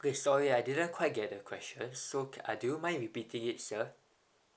eh sorry I didn't quite get the question so do you mind repeating it sir